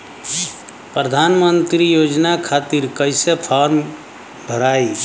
प्रधानमंत्री योजना खातिर कैसे फार्म भराई?